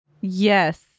Yes